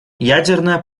ядерная